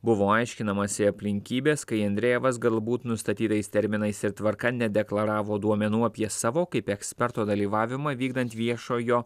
buvo aiškinamasi aplinkybės kai andrejevas galbūt nustatytais terminais ir tvarka nedeklaravo duomenų apie savo kaip eksperto dalyvavimą vykdant viešojo